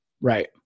right